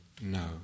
no